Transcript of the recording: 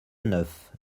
neuf